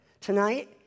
tonight